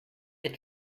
est